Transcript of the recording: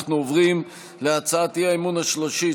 אנחנו עוברים להצעת האי-אמון השלישית,